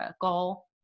goal